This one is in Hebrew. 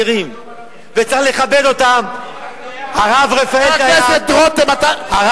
גרים, צריך לכבד אותם, מי חתום על המכתב?